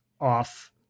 off